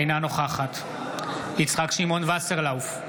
אינה נוכחת יצחק שמעון וסרלאוף,